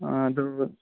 ꯑꯥ ꯑꯗꯨ